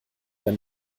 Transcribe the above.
wenn